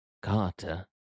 Carter